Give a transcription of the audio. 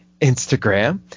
Instagram